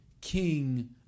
king